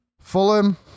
Fulham